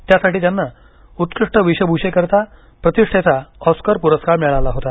त्यासाठी त्यांना उत्कृष्ट वेशभूषेकरिता प्रतिष्ठेचा ऑस्कर पुरस्कार मिळाला होता